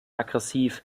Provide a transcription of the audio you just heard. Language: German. aggressiv